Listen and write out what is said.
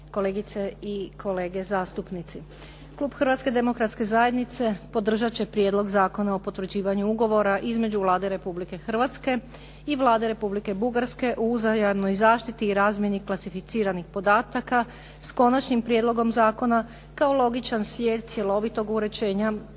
kolegice i kolege zastupnici. Klub Hrvatske demokratske zajednice podržat će Prijedlog Zakona o potvrđivanju Ugovora između Vlade Republike Hrvatske i Vlade Republike Bugarske o uzajamnoj zaštiti i razmjeni klasificiranih podataka s Konačnim prijedlogom zakona kao logičan slijed cjelovitog uređenja